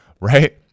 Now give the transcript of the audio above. Right